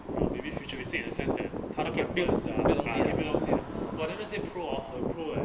uh maybe futuristic in the sense that 他们 burns ah 它不用西的 !wah! the 那些 pro orh 很 pro eh